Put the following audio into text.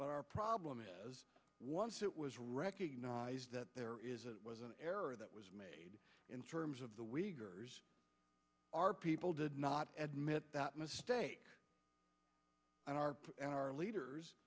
but our problem is once it was recognized that there was an error that was made in terms of the wiggers our people did not admit that mistake and our and our leaders